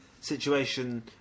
Situation